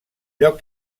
lloc